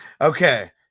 Okay